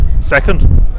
second